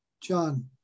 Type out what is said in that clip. John